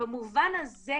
במובן הזה,